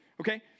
Okay